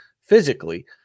physically